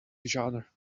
genre